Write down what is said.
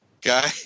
guy